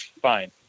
Fine